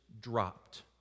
dropped